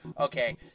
okay